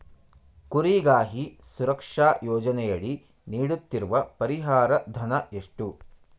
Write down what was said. ಕುರಿಗಾಹಿ ಸುರಕ್ಷಾ ಯೋಜನೆಯಡಿ ನೀಡುತ್ತಿರುವ ಪರಿಹಾರ ಧನ ಎಷ್ಟು?